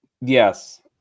Yes